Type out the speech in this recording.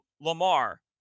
Lamar